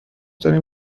داریم